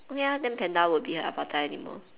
ya then panda won't be an avatar anymore